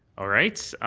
all right,